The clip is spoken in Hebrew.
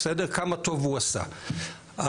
כמה טוב הוא עשה,